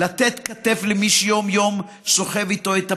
לתת כתף למי שיום-יום סוחב איתו את הפגיעה.